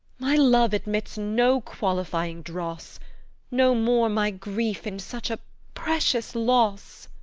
my love admits no qualifying dross no more my grief, in such a precious loss.